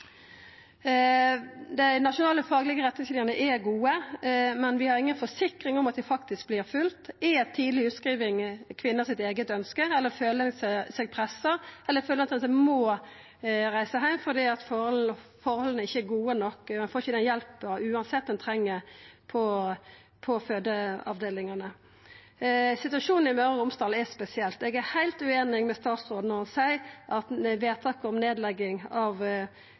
Dei nasjonale faglege retningslinjene er gode, men vi har inga forsikring om at dei faktisk vert følgde. Er tidleg utskriving eit eige ønske frå kvinnene, eller føler dei seg pressa? Eller føler dei at ein må reisa heim fordi forholda ikkje er gode nok og ein uansett ikkje får den hjelpa ein treng på fødeavdelinga? Situasjonen i Møre og Romsdal er spesiell. Eg er heilt ueinig med statsråden når han seier at vedtaket om nedlegging av